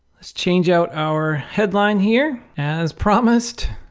let's change out our headline here as promised